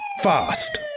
fast